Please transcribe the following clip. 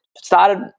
started